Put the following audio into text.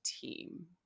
team